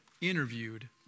interviewed